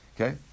Okay